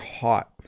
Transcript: hot